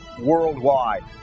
worldwide